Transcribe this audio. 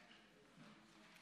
ונתחדשה בשעה 14:52.) כנסת נכבדה,